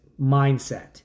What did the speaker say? mindset